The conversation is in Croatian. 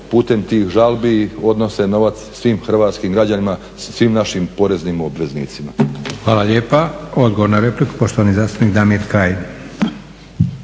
putem tih žalbi odnose novac svim hrvatskim građanima, svim našim poreznim obveznicima. **Leko, Josip (SDP)** Hvala lijepa. Odgovor na repliku, poštovani zastupnik Damir Kajin.